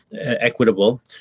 equitable